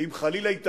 ואם חלילה היא תעבור,